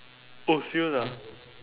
oh serious ah